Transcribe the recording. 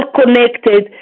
connected